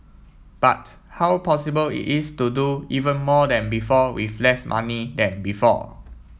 but how possible is it to do even more than before with less money than before